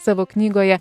savo knygoje